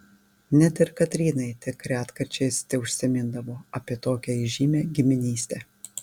net ir katrynai tik retkarčiais teužsimindavo apie tokią įžymią giminystę